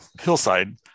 hillside